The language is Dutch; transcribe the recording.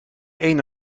een